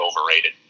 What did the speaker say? overrated